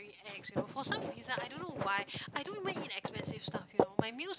very ex you know for some reason I don't know why I don't even eat expensive stuff you know my meals